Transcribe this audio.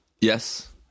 Yes